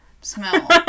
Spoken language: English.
Smell